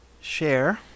Share